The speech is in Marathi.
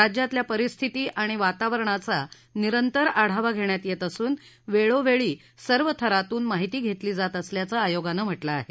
राज्यातल्या परिस्थिती आणि वातावरणाचा निरंतर आढावा घेण्यात येत असून वेळोवेळी सर्व थरातून माहिती घेतली जात असल्याचं आयोगानं म्हटलं आहे